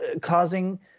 causing